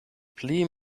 pli